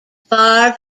far